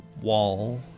wall